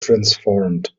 transformed